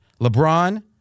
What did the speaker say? LeBron